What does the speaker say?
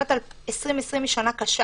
שנת 2020 היא שנה קשה